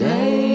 Day